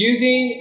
Using